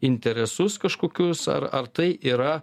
interesus kažkokius ar ar tai yra